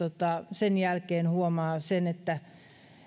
sen jälkeen olen huomannut sen että